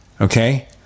okay